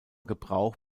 gebrauch